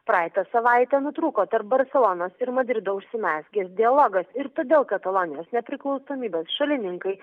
praeitą savaitę nutrūko tarp barselonos ir madrido užsimezgęs dialogas ir todėl katalonijos nepriklausomybės šalininkai